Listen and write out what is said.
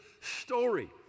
story